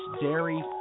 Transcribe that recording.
dairy